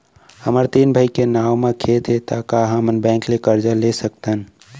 हमर तीन भाई के नाव म खेत हे त का हमन बैंक ले करजा ले सकथन?